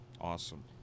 Awesome